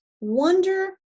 wonder